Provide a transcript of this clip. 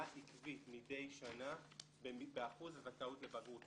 עקבית מדי שנה באחוז הזכאות לבגרות,